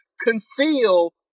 conceal